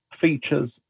features